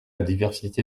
diversité